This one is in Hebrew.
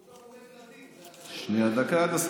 הוא גם עומד לדין, את זה אתה